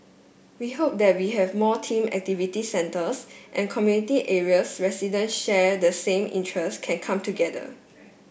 we hope that we have more team activity centres and community areas resident share the same interests can come together